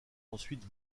ensuite